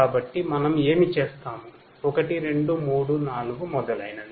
కాబట్టి మనం ఏమి చేస్తాము 1 2 3 4 మొదలైనవి